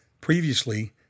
Previously